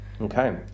Okay